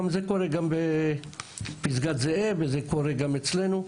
זה קורה גם בפסגת זאב וזה קורה גם אצלנו,